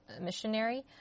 missionary